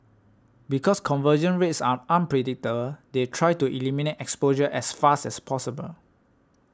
because conversion rates are unpredictable they try to eliminate exposure as fast as possible